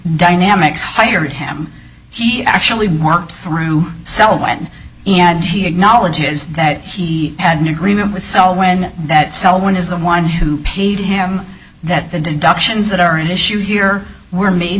dynamics hired him he actually worked through sell when he had he acknowledges that he had an agreement with sell when that sell when his the one who paid him that the deductions that are an issue here were made